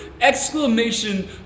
exclamation